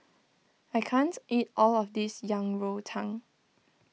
I can't eat all of this Yang Rou Tang